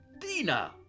Dina